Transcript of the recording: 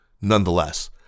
Nonetheless